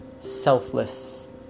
selfless